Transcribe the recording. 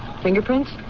Fingerprints